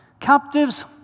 Captives